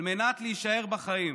על מנת להישאר בחיים.